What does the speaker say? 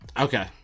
Okay